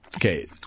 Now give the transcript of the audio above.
Okay